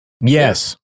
Yes